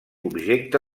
objecte